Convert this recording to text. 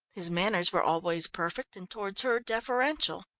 his manners were always perfect and, towards her, deferential.